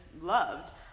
loved